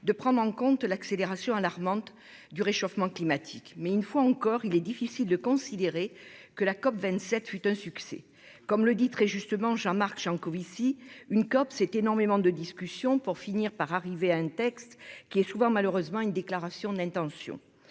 de prendre en compte l'accélération alarmante du réchauffement climatique. Néanmoins, une fois encore, il est difficile de considérer que la COP27 fut un succès. Comme le dit très justement Jean-Marc Jancovici, une COP, c'est énormément de discussions pour finir par arriver à un texte qui est souvent malheureusement une déclaration d'intention.